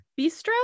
bistro